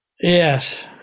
Yes